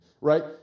Right